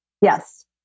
yes